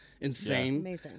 insane